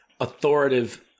authoritative